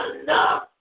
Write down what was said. enough